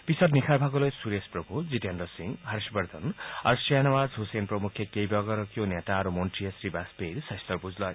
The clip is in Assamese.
পিছত নিশাৰ ভাগলৈ সুৰেশ প্ৰভু জিতেন্দ্ৰ সিং হৰ্যবৰ্ধন আৰু খাহনাৱাজ হুছেইন প্ৰমুখ্যে কেইবাগৰাকীও নেতা আৰু মন্ত্ৰীয়ে শ্ৰীবাজপেয়ীৰ স্বাস্থৰ বুজ লয়